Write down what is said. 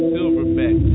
Silverback